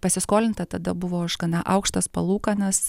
pasiskolinta tada buvo už gana aukštas palūkanas